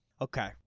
Okay